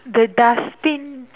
the dustbin